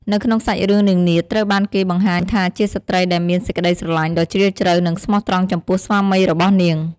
នៅក្នុងសាច់រឿង នាងនាថ ត្រូវបានគេបង្ហាញថាជាស្ត្រីដែលមានសេចក្តីស្រឡាញ់ដ៏ជ្រាលជ្រៅ និងស្មោះត្រង់ចំពោះស្វាមីរបស់នាង ។